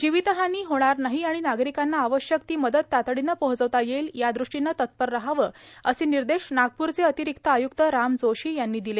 जीवितहानी होणार नाही आणि नागरिकांना आवश्यक ती मदत तातडीनं पोहचविता येईलए यादृष्टीनं तत्पर राहावेए असे निर्देश नागपूरचे अतिरिक्त आय्क्त राम जोशी यांनी दिले